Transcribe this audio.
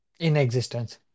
Inexistence